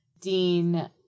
Dean